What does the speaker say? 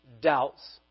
doubts